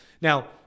Now